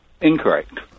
incorrect